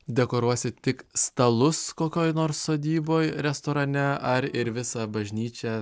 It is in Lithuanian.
dekoruosit tik stalus kokioj nors sodyboj restorane ar ir visą bažnyčią